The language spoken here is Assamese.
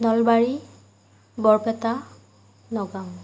নলবাৰী বৰপেটা নগাঁও